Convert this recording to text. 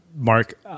Mark